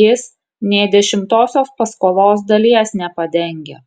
jis nė dešimtosios paskolos dalies nepadengia